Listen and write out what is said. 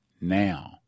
now